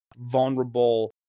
vulnerable